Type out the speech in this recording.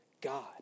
God